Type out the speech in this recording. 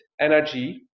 energy